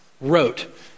wrote